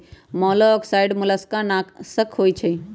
मोलॉक्साइड्स मोलस्का नाशक होइ छइ